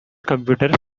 computer